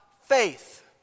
faith